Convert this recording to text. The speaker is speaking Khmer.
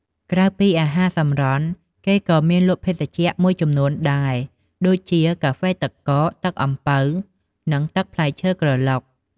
ក្រៅពីអាហារសម្រន់ គេក៏មានលក់ភេសជ្ជៈមួយចំនួនដែរដូចជា កាហ្វេទឹកកក ទឹកអំពៅ និងទឹកផ្លែឈើក្រឡុក។